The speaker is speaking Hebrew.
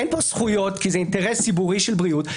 אין פה זכויות כי זה אינטרס ציבורי של בריאות,